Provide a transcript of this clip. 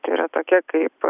tai yra tokia kaip